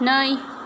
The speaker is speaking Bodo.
नै